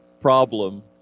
problem